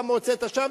למה הוצאת שם,